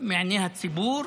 מעיני הציבור,